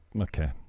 okay